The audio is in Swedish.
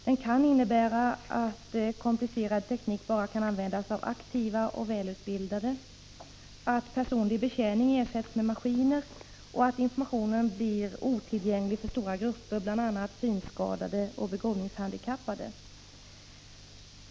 Den kan innebära att komplicerad teknik bara kan användas av aktiva och välutbildade, att personlig betjäning ersätts med maskiner och att informationen blir otillgänglig för stora grupper, bl.a. synskadade och begåvningshandikappade.